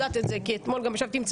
ואמרת: ואילו אני רק אתמול הייתי זה היה